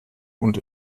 und